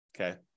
okay